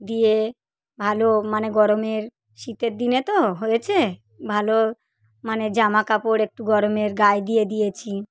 দিয়ে ভালো মানে গরমের শীতের দিনে তো হয়েছে ভালো মানে জামাকাপড় একটু গরমের গায়ে দিয়ে দিয়েছি